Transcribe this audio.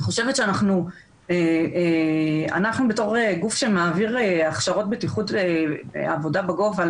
אני חושבת שאנחנו בתור גוף שמעביר הכשרות בטיחות ועבודה בגובה